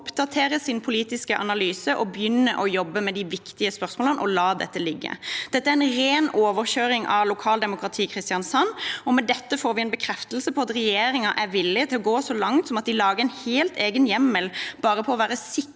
oppdatere sin politiske analyse, begynne å jobbe med de viktige spørsmålene og la dette ligge. Dette er en ren overkjøring av lokaldemokratiet i Kristiansand. Med dette får vi en bekreftelse på at regjeringen er villig til å gå så langt at de lager en helt egen hjemmel bare for å være sikre